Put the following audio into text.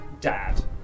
Dad